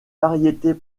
variétés